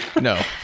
No